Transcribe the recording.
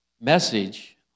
message